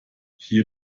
hier